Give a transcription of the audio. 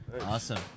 Awesome